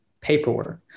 paperwork